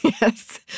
Yes